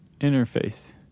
interface